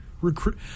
recruit